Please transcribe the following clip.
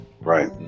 Right